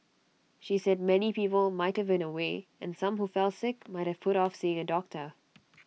she said many people might have been away and some who fell sick might have put off seeing A doctor